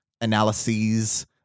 analyses